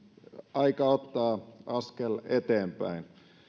aika ottaa askel eteenpäin